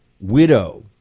widow